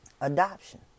Adoption